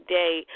day